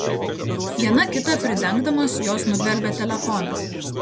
viena kitą pridengdamos jos nugvelbė telefoną